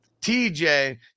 TJ